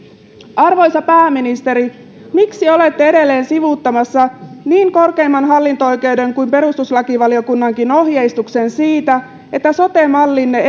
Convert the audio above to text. arvoisa pääministeri miksi olette edelleen sivuuttamassa niin korkeimman hallinto oikeuden kuin perustuslakivaliokunnankin ohjeistuksen siitä että sote mallinne